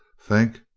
think?